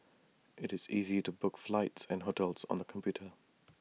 IT is easy to book flights and hotels on the computer